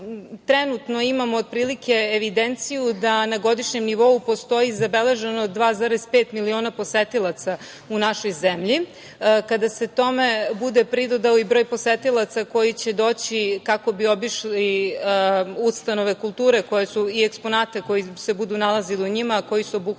trenutno imamo, otprilike, evidenciju da na godišnjem nivou postoji zabeleženo 2,5 miliona posetilaca u našoj zemlji. Kada se tome bude pridodao i broj posetilaca koji će doći kako bi obišli ustanove kulture i eksponate koji se budu nalazili u njima, koji su obuhvaćeni